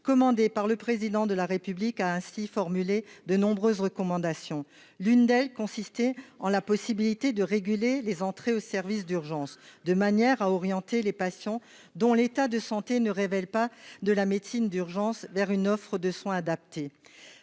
commandées par le président de la République a ainsi formulé de nombreuses recommandations, l'une d'elle consistait en la possibilité de réguler les entrées au service d'urgence de manière à orienter les patients dont l'état de santé ne révèle pas de la médecine d'urgence vers une offre de soins adaptés,